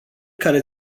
care